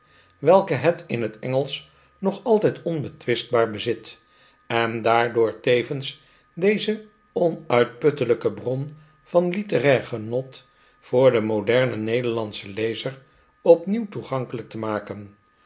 welke het in het engelsch nog altijd onbetwistbaar bezit en daardoor tevens deze onuitputtelijke bron van litterair genot voor den modernen nederlandschen lezer opnieuw toegankelijk te maken